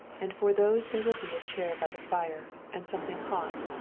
and for those there will be a chair by the fire, and something hot,